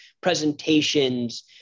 presentations